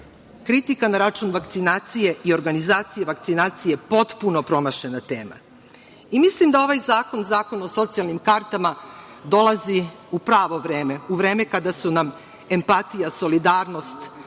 kritika na račun vakcinacije i organizacije vakcinacije, potpuno promašena tema. Mislim da ovaj zakon, zakon o socijalnim kartama dolazi u pravo vreme, u vreme kada su nam empatija, solidarnost, pomoć